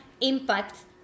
impact